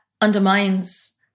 undermines